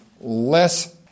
less